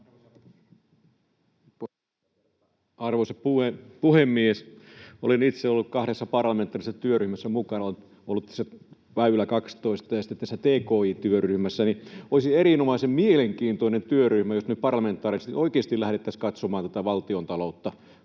Arvoisa puhemies! Olen itse ollut kahdessa parlamentaarisessa työryhmässä mukana, Liikenne 12- ja sitten tki-työryhmässä, ja olisi erinomaisen mielenkiintoinen työryhmä, jos me parlamentaarisesti oikeasti lähdettäisiin katsomaan valtiontaloutta